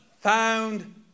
found